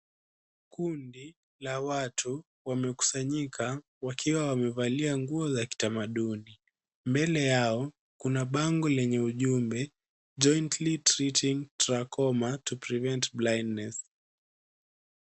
Kundi la watu wamekusanyika wakiwa wamevalia nguo za kitamaduni. Mbele yao kuna bango lenye ujumbe Jointly Treating Trachoma to Prevent blindness .